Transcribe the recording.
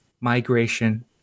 Migration